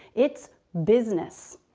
it's business.